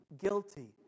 guilty